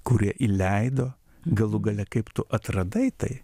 kurie įleido galų gale kaip tu atradai tai